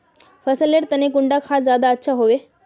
फसल लेर तने कुंडा खाद ज्यादा अच्छा हेवै?